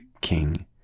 king